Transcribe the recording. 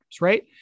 right